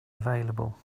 available